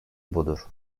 budur